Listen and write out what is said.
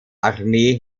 armee